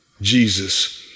Jesus